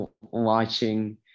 watching